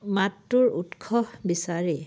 মাতটোৰ উৎস বিচাৰি